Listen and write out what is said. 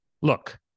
Look